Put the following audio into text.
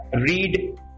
read